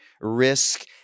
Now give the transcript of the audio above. risk